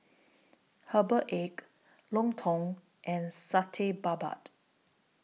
Herbal Egg Lontong and Satay Babat